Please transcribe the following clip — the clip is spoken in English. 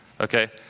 Okay